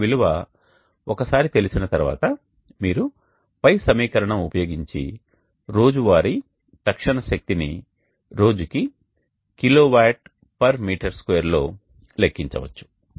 ఆ విలువ ఒకసారి తెలిసిన తర్వాత మీరు పై సమీకరణం ఉపయోగించి రోజువారీ తక్షణ శక్తిని రోజుకి kWm2 లో లెక్కించవచ్చు